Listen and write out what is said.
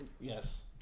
yes